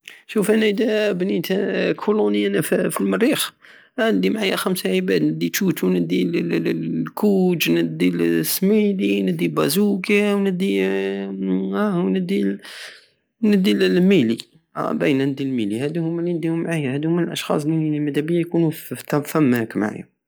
شوف انا ادا بنيت كولوني هنا في المريخ اندي معيا خمسة عباد ندي تشوتشو تدي الكوج ندي السميلي ندي بزوكة وندي- وندي الميلي اه باينة ندي الميلي هدوهما ليونديهم معايا هدوهما الاشخاص الي مدبيا يكونو ف- تماك معاية